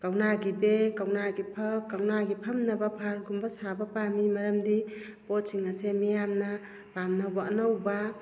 ꯀꯧꯅꯒꯤ ꯕꯦꯒ ꯀꯧꯅꯒꯤ ꯐꯥꯛ ꯀꯧꯅꯒꯤ ꯐꯝꯅꯕ ꯐꯥꯟꯒꯨꯝꯕ ꯁꯥꯕ ꯄꯥꯝꯃꯤ ꯃꯔꯝꯗꯤ ꯄꯣꯠꯁꯤꯡ ꯑꯁꯦ ꯃꯤꯌꯥꯝꯅ ꯄꯥꯝꯅꯕ ꯑꯅꯧꯕ